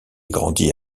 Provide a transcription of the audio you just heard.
grandit